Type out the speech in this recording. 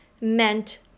meant